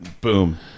Boom